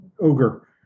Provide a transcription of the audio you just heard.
ogre